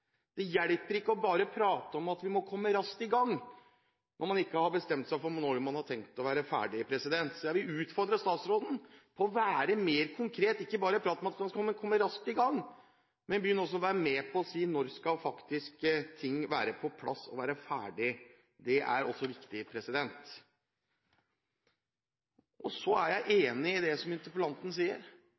Det hjelper ikke bare å prate om at vi må komme raskt i gang, når man ikke har bestemt seg for når man har tenkt å være ferdig. Så jeg vil utfordre statsråden til å være mer konkret og ikke bare prate om at man skal komme raskt i gang, men også begynne å si når ting faktisk skal være på plass og være ferdig. Det er også viktig. Så er jeg enig i det interpellanten sier.